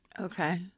Okay